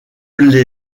l’ai